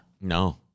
No